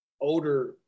older